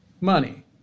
money